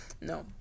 No